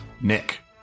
Nick